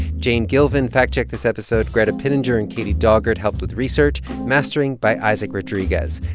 jane gilvin fact-checked this episode. greta pittenger and katie daugert helped with research, mastering by isaac rodriguez.